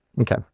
Okay